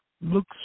looks